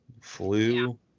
flu